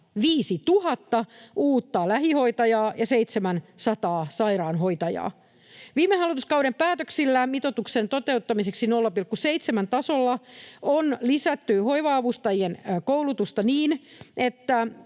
5 000 — uutta lähihoitajaa ja 700 sairaanhoitajaa. Viime hallituskauden päätöksillä mitoituksen toteuttamiseksi 0,7:n tasolla on lisätty hoiva-avustajien koulutusta niin, että